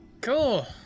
Cool